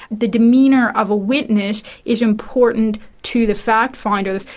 the demeanour of a witness is important to the fact finders.